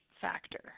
factor